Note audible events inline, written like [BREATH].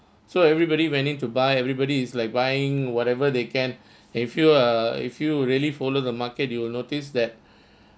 so everybody went in to by everybody is like buying whatever they can if [BREATH] you are if you really follow the market you will notice that [BREATH]